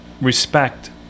respect